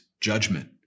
judgment